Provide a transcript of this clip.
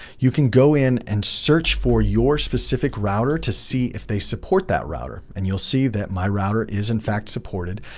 you can go in and search for your specific router to see if they support that router. and you'll see that my router is in fact supported.